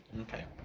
Okay